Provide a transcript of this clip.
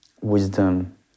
wisdom